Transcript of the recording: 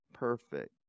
perfect